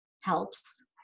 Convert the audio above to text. helps